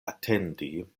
atendi